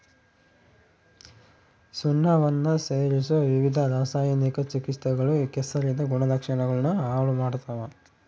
ಸುಣ್ಣವನ್ನ ಸೇರಿಸೊ ವಿವಿಧ ರಾಸಾಯನಿಕ ಚಿಕಿತ್ಸೆಗಳು ಕೆಸರಿನ ಗುಣಲಕ್ಷಣಗುಳ್ನ ಹಾಳು ಮಾಡ್ತವ